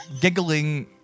giggling